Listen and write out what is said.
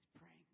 praying